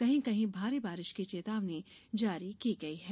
कहीं कहीं भारी बारिश की चेतावनी जारी की गई है